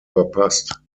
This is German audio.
verpasst